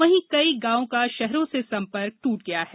वहीं कई गांवों का शहरों से संपर्क ट्रट गया है